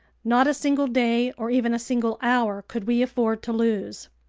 not a single day, or even a single hour, could we afford to lose.